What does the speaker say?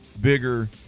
bigger